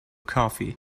coffee